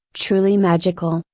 truly magical,